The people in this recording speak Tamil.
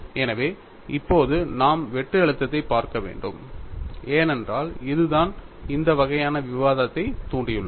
எனவே இப்போது நாம் வெட்டு அழுத்தத்தைப் பார்க்க வேண்டும் ஏனென்றால் இதுதான் இந்த வகையான விவாதத்தைத் தூண்டியுள்ளது